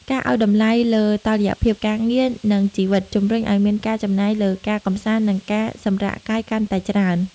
ការឱ្យតម្លៃលើ "តុល្យភាពការងារ និងជីវិត" ជម្រុញឱ្យមានការចំណាយលើការកម្សាន្ត និងការសម្រាកកាយកាន់តែច្រើន។